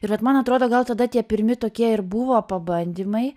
ir vat man atrodo gal tada tie pirmi tokie ir buvo pabandymai